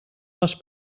les